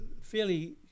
fairly